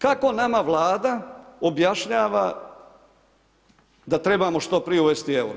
Kako nama Vlada objašnjava da trebamo što prije uvesti euro?